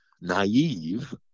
naive